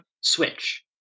switch